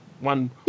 one